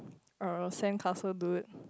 uh sandcastle dude